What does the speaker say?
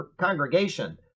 congregation